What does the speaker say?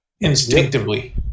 instinctively